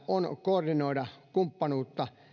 on koordinoida kumppanuutta